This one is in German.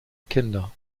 kinder